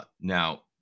Now